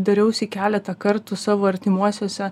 dariausi keletą kartų savo artimuosiuose